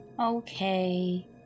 okay